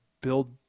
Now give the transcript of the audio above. build